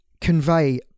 convey